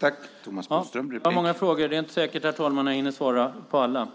Herr talman! Det var många frågor. Det är inte säkert, herr talman, att jag hinner svara på alla.